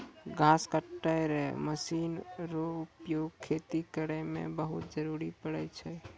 घास कटै रो मशीन रो उपयोग खेती करै मे बहुत जरुरी पड़ै छै